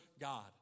God